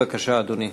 בבקשה, אדוני.